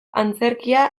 antzerkia